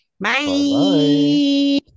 bye